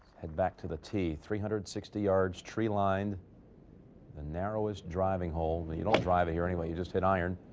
head back to the tee. three hundred sixty yards tree lined the narrowest driving hole. you don't drive here anyway you just hit iron.